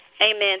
Amen